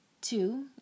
Two